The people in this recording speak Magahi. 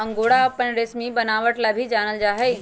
अंगोरा अपन रेशमी बनावट ला भी जानल जा हई